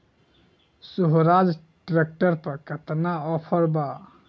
सोहराज tractor पर केतना offer बा?